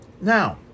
now